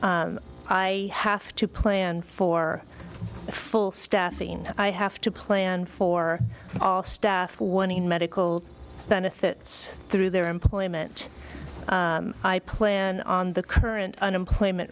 i have to plan for a full staffing i have to plan for all staff wanting medical benefits through their employment i plan on the current unemployment